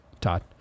Todd